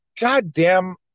goddamn